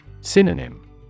Synonym